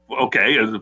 Okay